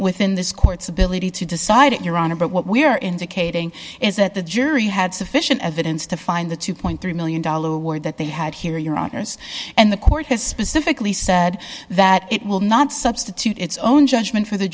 within this court's ability to decide if your honor but what we are indicating is that the jury had sufficient evidence to find the two point three million dollars award that they had here your office and the court has specifically said that it will not substitute its own judgment for the